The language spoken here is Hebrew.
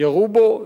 ירו בו,